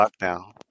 now